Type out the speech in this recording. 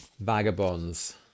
Vagabonds